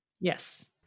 Yes